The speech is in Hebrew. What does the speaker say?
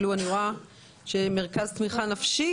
אני אפילו רואה שמרכז תמיכה נפשי